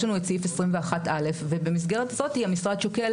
יש לנו את סעיף 21(א) ובמסגרת הזאת המשרד שוקל